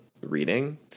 reading